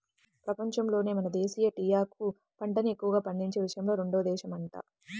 పెపంచంలోనే మన దేశమే టీయాకు పంటని ఎక్కువగా పండించే విషయంలో రెండో దేశమంట